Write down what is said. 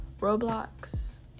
Roblox